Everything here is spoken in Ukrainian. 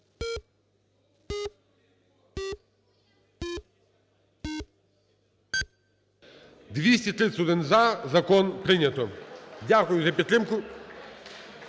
Дякую за підтримку.